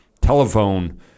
telephone